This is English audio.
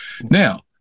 Now